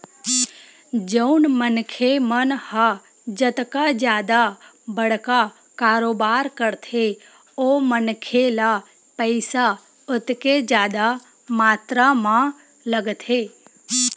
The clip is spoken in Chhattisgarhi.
जउन मनखे मन ह जतका जादा बड़का कारोबार करथे ओ मनखे ल पइसा ओतके जादा मातरा म लगथे